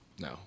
No